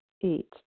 Eight